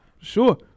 Sure